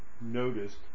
noticed